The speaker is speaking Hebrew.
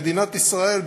מדינת ישראל,